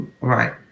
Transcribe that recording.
Right